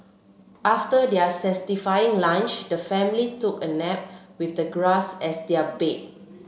after their satisfying lunch the family took a nap with the grass as their bed